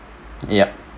yup